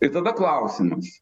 ir tada klausimas